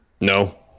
No